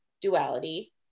duality